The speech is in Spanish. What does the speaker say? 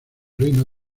reino